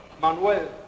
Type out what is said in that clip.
Manuel